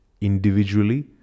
individually